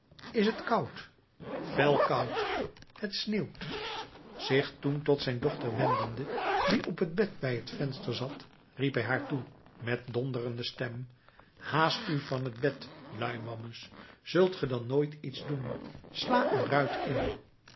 is t koud fel koud het sneeuwt zich toen tot zijn dochter wendende die op het bed bij het venster zat riep hij haar toe met donderende stem haast u van t bed luiwammes zult ge dan nooit iets doen sla een ruit in